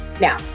Now